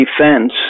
defense